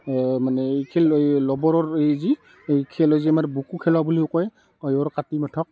মানে এই এই লবৰৰ এই যে এই খেলে যে মানে বুকু খেলা বুলিও কয় কয়ৰ কাটি মুঠক